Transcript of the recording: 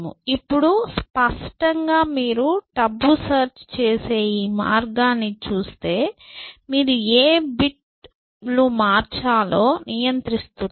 ఇప్పుడు స్పష్టంగా మీరు టాబు సెర్చ్ చేసే ఈ మార్గాన్ని చూస్తే మీరు ఏ బిట్స్ మార్చాలో నియంత్రిస్తున్నారు